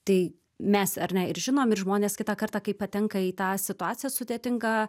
tai mes ar ne ir žinom ir žmonės kitą kartą kai patenka į tą situaciją sudėtingą